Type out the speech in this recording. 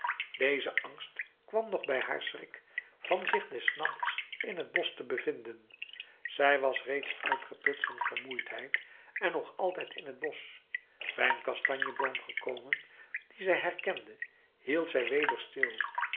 deze angst kwam nog bij haar schrik van zich des nachts in het bosch te bevinden zij was reeds uitgeput van vermoeidheid en nog altijd in het bosch bij een kastanjeboom gekomen dien zij herkende hield zij weder stil